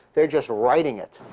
they're just writing it.